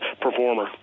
performer